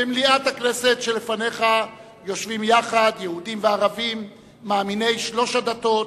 במליאת הכנסת שלפניך יושבים יחד יהודים וערבים מאמיני שלוש הדתות,